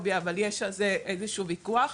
אבל יש על זה איזשהו ויכוח.